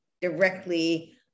directly